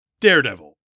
Daredevil